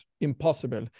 impossible